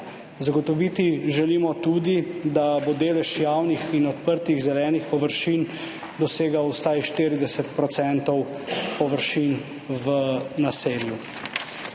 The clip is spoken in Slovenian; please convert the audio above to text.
Zagotoviti želimo tudi, da bo delež javnih in odprtih zelenih površin dosegel vsaj 40 % površin v naselju.